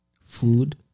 food